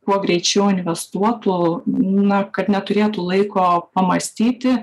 kuo greičiau investuotų na neturėtų laiko pamąstyti